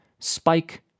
Spike